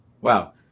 wow